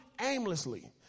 aimlessly